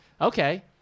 okay